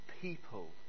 people